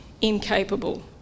incapable